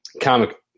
comic